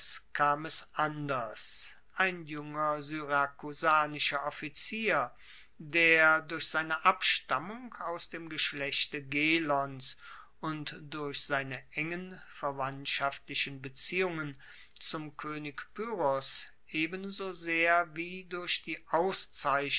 kam es anders ein junger syrakusanischer offizier der durch seine abstammung aus dem geschlechte gelons und durch seine engen verwandtschaftlichen beziehungen zum koenig pyrrhos ebenso sehr wie durch die